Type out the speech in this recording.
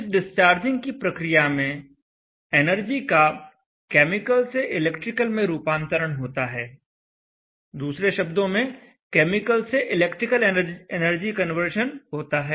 इस डिस्चार्जिंग की प्रक्रिया में एनर्जी का केमिकल से इलेक्ट्रिकल में रूपांतरण होता है दूसरे शब्दों में केमिकल से इलेक्ट्रिकल एनर्जी कन्वर्शन होता है